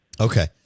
Okay